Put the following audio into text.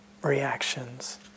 Reactions